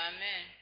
Amen